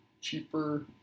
cheaper